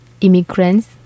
immigrants